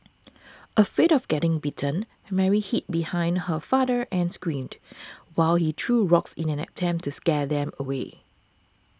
afraid of getting bitten Mary hid behind her father and screamed while he threw rocks in an attempt to scare them away